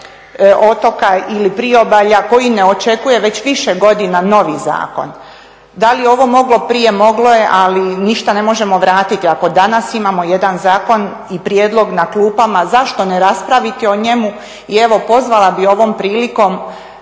otoka ili priobalja koji ne očekuje već više godina novi zakon. Da li je ovo moglo prije, moglo je, ali ništa ne možemo vratiti. Ako danas imamo jedan zakon i prijedlog na klupama zašto ne raspraviti o njemu. I evo pozvala bih ovom prilikom